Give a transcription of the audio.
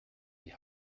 die